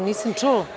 Nisam čula?